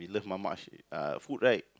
we love Mamak sh~ uh Mamak food right